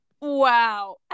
Wow